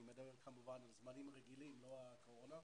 אני מדבר כמובן על זמנים רגילים ולא על תקופת הקורונה.